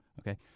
okay